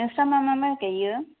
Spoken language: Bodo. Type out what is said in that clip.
नोंस्रा मा मा माइ गायो